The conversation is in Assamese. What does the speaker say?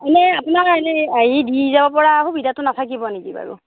এনেই আপোনাৰ এনেই আহি দি যাব পৰা সুবিধাটো নাথাকিব নেকি বাৰু